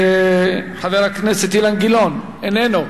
חבר הכנסת אילן גילאון, איננו.